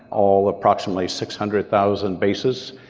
all approximately six hundred thousand bases.